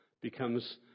becomes